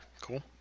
cool